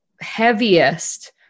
heaviest